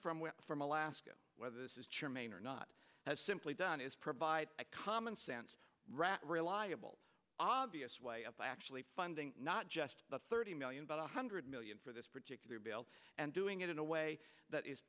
we're from alaska whether this is sure maine or not has simply done is provide a commonsense rat reliable obvious way of actually funding not just the thirty million but one hundred million for this particular bill and doing it in a way that i